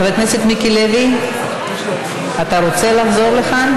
חבר הכנסת מיקי לוי, אתה רוצה לחזור לכאן?